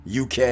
UK